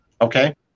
Okay